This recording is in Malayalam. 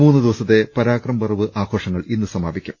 മൂന്ന് ദിവസത്തെ പരാക്രം പർവ് ആഘോഷങ്ങൾ ഇന്ന് സമാപിക്കും